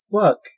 fuck